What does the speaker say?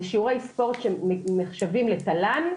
שיעורי ספורט שנחשבים לתל"ן,